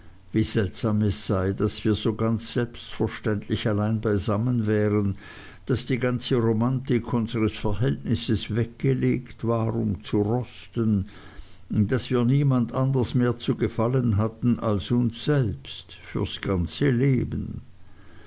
wie seltsam es sei daß wir so ganz selbstverständlich allein beisammen wären daß die ganze romantik unseres verhältnisses weggelegt war um zu rosten daß wir niemand anders mehr zu gefallen hatten als uns selbst fürs ganze leben